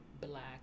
Black